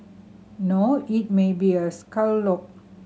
no it may be a scallop